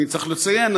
אני צריך לציין,